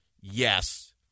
Yes